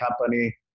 company